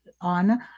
on